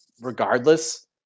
regardless